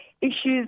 issues